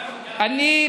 גפני,